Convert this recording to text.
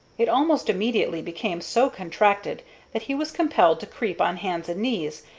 it almost immediately became so contracted that he was compelled to creep on hands and knees,